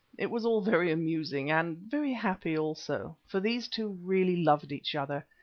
it was all very amusing, and very happy also, for these two really loved each other.